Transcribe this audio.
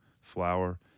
flour